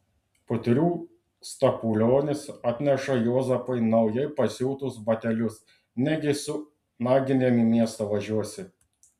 putrių stapulionis atneša juozapui naujai pasiūtus batelius negi su naginėm į miestą važiuosi